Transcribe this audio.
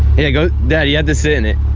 yeah go dad, you have to sit in it